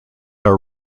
are